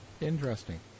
Interesting